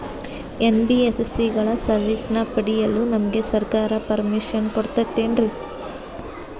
NBSC ಗಳ ಸರ್ವಿಸನ್ನ ಪಡಿಯಲು ನಮಗೆ ಸರ್ಕಾರ ಪರ್ಮಿಷನ್ ಕೊಡ್ತಾತೇನ್ರೀ?